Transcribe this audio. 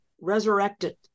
resurrected